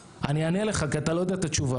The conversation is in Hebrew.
אני אענה לך כי אתה לא יודע את התשובה.